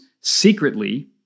secretly